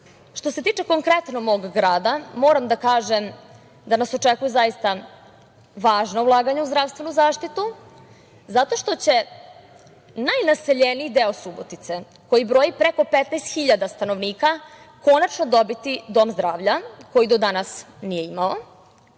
se tiče konkretno mog grada, moram da kažem da nas očekuju zaista važna ulaganja u zdravstvenu zaštitu, zato što će najnaseljeniji deo Subotice koji broji preko 15.000 stanovnika konačno dobiti dom zdravlja, koji do danas nije imao